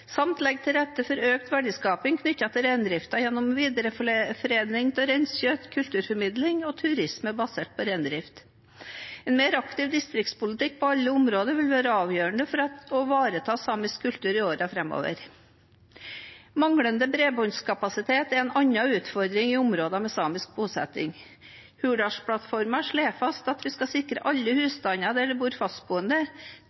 samt legge til rette for økt verdiskaping knyttet til reindrifta gjennom videreforedling av reinkjøtt, kulturformidling og turisme basert på reindrift. En mer aktiv distriktspolitikk på alle områder vil være avgjørende for å ivareta samisk kultur i årene framover. Manglende bredbåndskapasitet er en annen utfordring i områder med samisk bosetting. Hurdalsplattformen slår fast at vi skal sikre alle